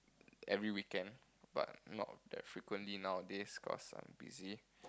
every weekend but not that frequently nowadays cause I'm busy